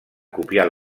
copiar